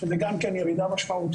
שזה גם כן ירידה משמעותית,